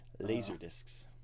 Laserdiscs